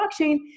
blockchain